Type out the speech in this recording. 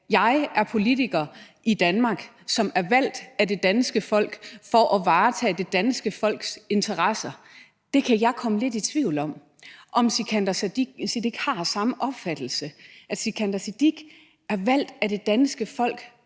jeg er politiker i Danmark, som er valgt af det danske folk for at varetage det danske folks interesser. Der kan jeg komme lidt i tvivl om, om Sikandar Siddique har den samme opfattelse, altså at Sikandar Siddique er valgt af det danske folk